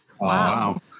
Wow